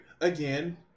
again